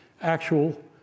actual